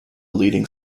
leading